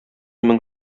мең